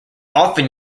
often